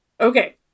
okay